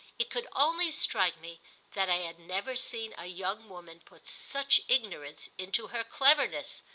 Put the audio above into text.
it could only strike me that i had never seen a young woman put such ignorance into her cleverness,